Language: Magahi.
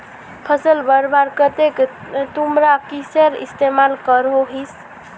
फसल बढ़वार केते तुमरा किसेर इस्तेमाल करोहिस?